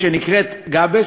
שנקראת גאבס,